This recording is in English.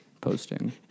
posting